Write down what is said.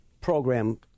program